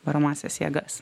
varomąsias jėgas